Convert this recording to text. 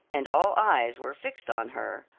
and all eyes were fixed on her,